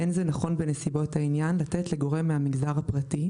אין זה נכון בנסיבות העניין לתת לגורם מהמגזר הפרטי,